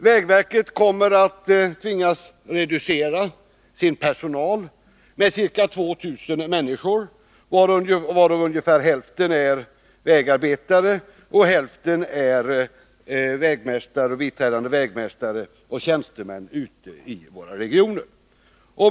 Vägverket kommer att tvingas reducera sin personal med ca 2 000 människor, av vilka ungefär hälften är vägarbetare och hälften är vägmästare, biträdande vägmästare och tjänstemän ute i regionerna.